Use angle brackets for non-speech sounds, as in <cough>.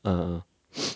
(uh huh) <noise>